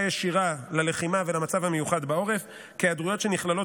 ישירה ללחימה ולמצב המיוחד בעורף כהיעדרויות שנכללות